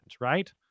right